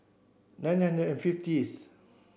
nine hundred and fiftieth